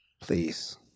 please